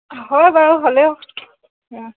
হয় বাৰু হ'লেও